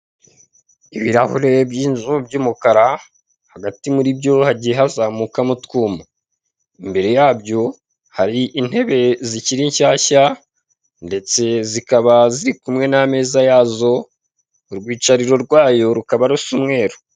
Ibirahure by'inzu by'umukara hagati muri byo hagiye hazamukamo utwuma, imbere yabyo hari intebe zikiri nshyashya ndetse zikaba ziri kumwe n'ameza yazo urwicariro ryayo rukaba rusa umweru.